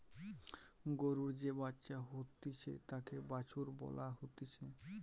গরুর যে বাচ্চা হতিছে তাকে বাছুর বলা হতিছে